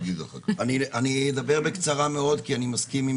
אני אדבר בקצרה מאוד כי אני מסכים עם